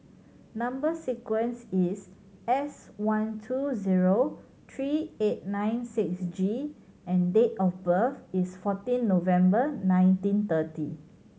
number sequence is S one two zero three eight nine six G and date of birth is fourteen November nineteen thirty